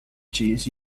cheese